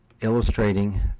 illustrating